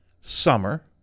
summer